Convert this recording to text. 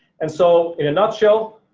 and so in a nutshell,